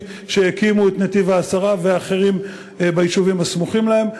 שהקימו את נתיב-העשרה ואחרים ביישובים הסמוכים להם,